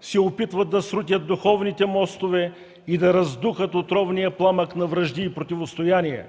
се опитват да срутят духовните мостове и да раздухат отровния пламък на вражди би противостояние.